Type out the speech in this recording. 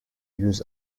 yüz